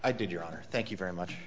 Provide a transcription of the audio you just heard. i did your honor thank you very much